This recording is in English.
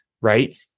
right